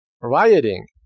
rioting